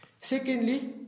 Secondly